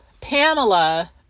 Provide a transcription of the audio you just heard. Pamela